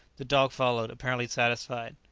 the dog followed, apparently satisfied.